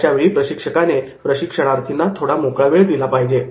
अशावेळी प्रशिक्षकाने प्रशिक्षणार्थींना थोडा मोकळा वेळ दिला पाहिजे